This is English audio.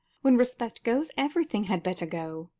when respect goes, everything had better go.